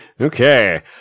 Okay